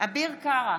אביר קארה,